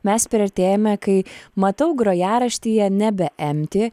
mes priartėjome kai matau grojaraštyje nebe empti